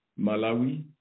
Malawi